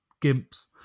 gimps